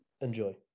Enjoy